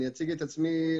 עצמי.